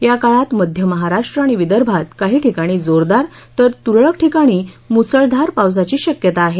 याकाळात कोकण मध्य महाराष्ट्र आणि विदर्भात काही ठिकाणी जोरदार तर तुरळक ठिकाणी मुसळधार पावसाची शक्यता आहे